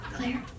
Claire